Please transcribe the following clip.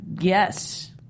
Yes